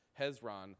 Hezron